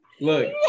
Look